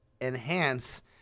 enhance